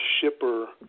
shipper